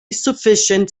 sufficient